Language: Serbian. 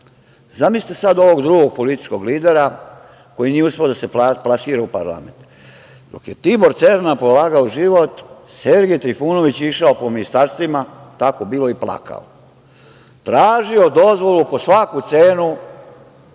stranu. Zamislite sada ovog drugog političkog lidera koji nije uspeo da se plasira u parlament. Dok je Tibor Cerna polagao život Sergej Trifunović je išao po ministarstvima i plakao. Tražio dozvolu po svaku cenu